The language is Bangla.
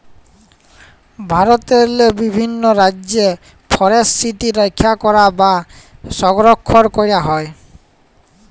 ভারতেরলে বিভিল্ল রাজ্যে ফরেসটিরি রখ্যা ক্যরা বা সংরখ্খল ক্যরা হয়